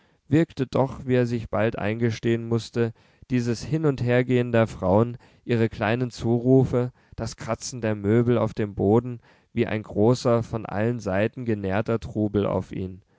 wirkte doch wie er sich bald eingestehen mußte dieses hin und hergehen der frauen ihre kleinen zurufe das kratzen der möbel auf dem boden wie ein großer von allen seiten genährter trubel auf ihn